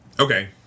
Okay